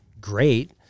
great